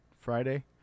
Friday